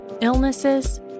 illnesses